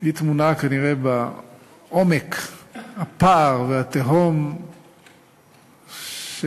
היא טמונה כנראה בעומק הפער והתהום שמפרידה